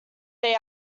they